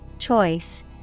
Choice